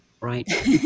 right